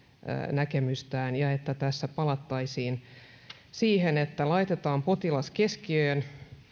näkemystään ja että tässä palattaisiin siihen että laitetaan potilas keskiöön